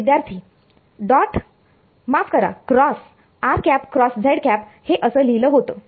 विद्यार्थी डॉट माफ करा क्रॉस हे असं लिहिलं होतं